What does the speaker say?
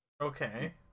Okay